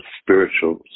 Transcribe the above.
spiritual